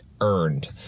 earned